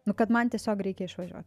nu kad man tiesiog reikia išvažiuot